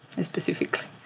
specifically